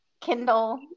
Kindle